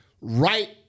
right